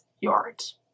yards